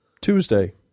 Tuesday